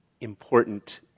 important